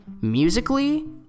musically